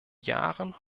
jahren